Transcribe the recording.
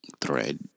thread